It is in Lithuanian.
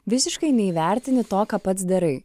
visiškai neįvertini to ką pats darai